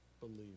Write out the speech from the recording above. believe